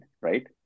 Right